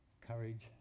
courage